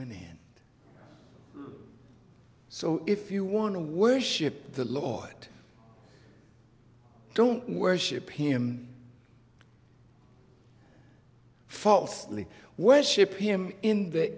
end so if you want to worship the lord don't worship him falsely worship him in the